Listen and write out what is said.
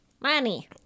Money